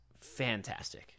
fantastic